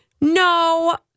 No